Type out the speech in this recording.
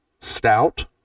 stout